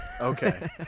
Okay